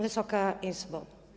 Wysoka Izbo!